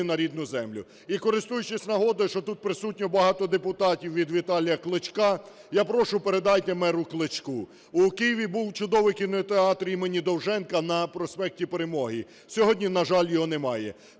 на рідну землю. І користуючись нагодою, що тут присутні багато депутатів від Віталія Кличка, я прошу, передайте меру Кличку. У Києві був чудовий кінотеатр імені Довженка на проспекті Перемоги, сьогодні, на жаль, його немає.